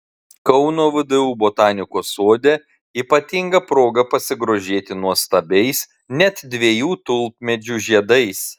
kauno vdu botanikos sode ypatinga proga pasigrožėti nuostabiais net dviejų tulpmedžių žiedais